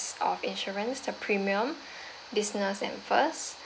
of insurance the premium business and first